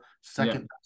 second